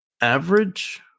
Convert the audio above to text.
average